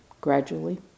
gradually